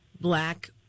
black